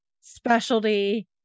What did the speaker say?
specialty